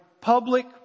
public